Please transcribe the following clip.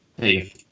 hey